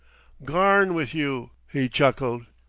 garn with you! he chuckled.